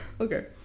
Okay